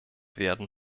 werden